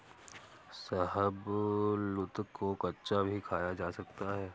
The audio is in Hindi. शाहबलूत को कच्चा भी खाया जा सकता है